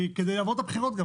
כדי לעמוד בבחירות.